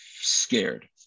scared